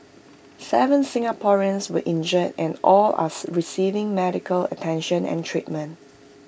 Seven Singaporeans were injured and all are receiving medical attention and treatment